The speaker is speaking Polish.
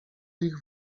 ich